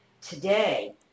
today